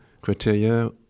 criteria